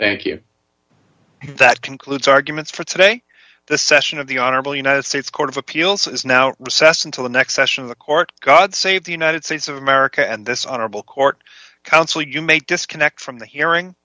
thank you that concludes arguments for today the session of the honorable united states court of appeals is now recess until the next session of the court god save the united states of america and this honorable court counsel you may disconnect from the hearing